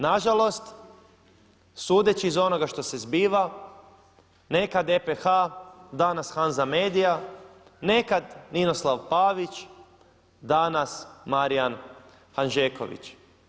Nažalost sudeći iz onoga što se zbiva nekad EPH danas Hanza media nekad Ninoslav Pavić danas Marijan Hanžeković.